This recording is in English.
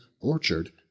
orchard